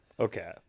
Okay